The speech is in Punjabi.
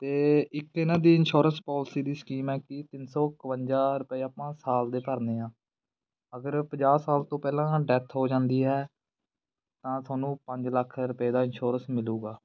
ਅਤੇ ਇੱਕ ਇਹਨਾਂ ਦੀ ਇਨਸ਼ੋਰੈਂਸ ਪੋਲਸੀ ਦੀ ਸਕੀਮ ਹੈ ਕਿ ਤਿੰਨ ਸੌ ਇਕਵੰਜਾ ਰੁਪਏ ਆਪਾਂ ਸਾਲ ਦੇ ਭਰਨੇ ਆ ਅਗਰ ਪੰਜਾਹ ਸਾਲ ਤੋਂ ਪਹਿਲਾਂ ਡੈਥ ਹੋ ਜਾਂਦੀ ਹੈ ਤਾਂ ਤੁਹਾਨੂੰ ਪੰਜ ਲੱਖ ਰੁਪਏ ਦਾ ਇਨਸ਼ੋਰੈਂਸ ਮਿਲੇਗਾ